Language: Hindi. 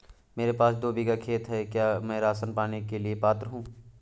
मेरे पास दो बीघा खेत है क्या मैं राशन पाने के लिए पात्र हूँ?